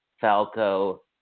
Falco